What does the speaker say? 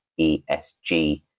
ESG